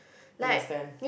understand